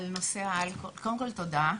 קודם כל תודה.